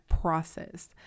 process